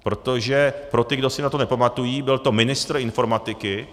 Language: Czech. Protože pro ty, kdo si na to nepamatují, byl to ministr informatiky.